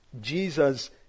Jesus